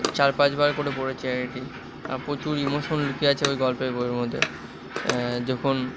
চার পাঁচবার করে পড়েছি আর কি প্রচুর ইমোশন লুকিয়ে আছে ওই গল্পের বইয়ের মধ্যে যখন